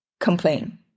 complain